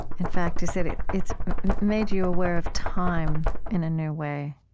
in fact, is that it's made you aware of time in a new way.